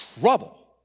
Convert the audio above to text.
trouble